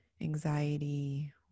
anxiety